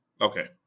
Okay